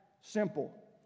simple